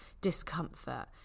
discomfort